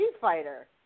fighter